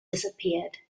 disappeared